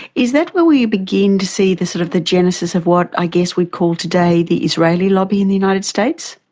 is that where we begin to see the sort of the genesis of what ah we'd call today the israeli lobby in the united states?